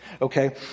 okay